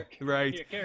right